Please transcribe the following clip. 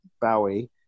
bowie